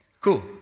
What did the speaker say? Cool